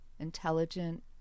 intelligent